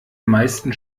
meisten